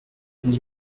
une